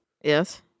Yes